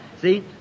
See